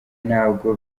ntabwo